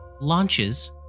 launches